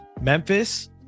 memphis